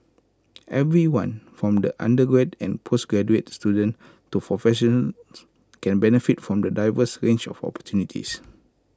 everyone from undergraduate and postgraduate students to professionals can benefit from the diverse range of opportunities